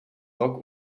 dock